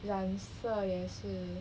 染色也是